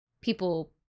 people